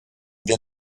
wir